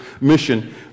mission